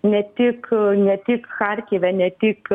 ne tik ne tik charkive ne tik